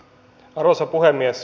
arvoisa puhemies